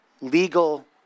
legal